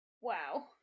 Wow